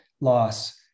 loss